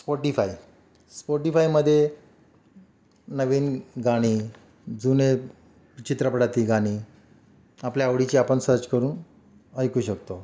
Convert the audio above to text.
Spotify स्पोटीफायमध्ये नवीन गाणी जुने चित्रपटातील गाणी आपल्या आवडीची आपण सर्च करून ऐकू शकतो